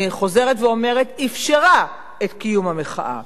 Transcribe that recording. אני חוזרת ואומרת: אפשרה את קיום המחאה.